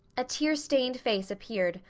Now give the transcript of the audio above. a tear-stained face appeared,